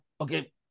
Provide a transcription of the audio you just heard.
okay